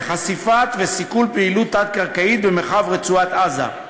לחשיפת פעילות תת-קרקעית במרחב רצועת-עזה ולסיכולה.